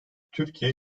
türkiye